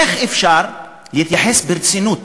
איך אפשר להתייחס ברצינות,